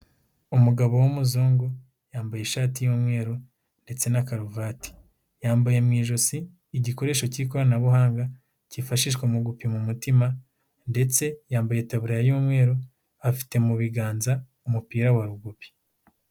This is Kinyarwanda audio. Umugabo w'umuzungu yambaye ishati y'umweru ndetse na karuvati, yambaye mu ijosi igikoresho cy'ikoranabuhanga cyifashishwa mu gupima umutima ndetse yambaye itaburiya y'umweru afite mu biganza umupira wa rugubi.